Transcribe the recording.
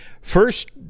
First